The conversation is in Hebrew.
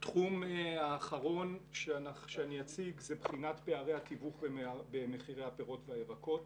תחום אחרון שאני אציג הוא בחינת פערי התיווך במחירי הפירות והירקות.